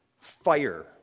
fire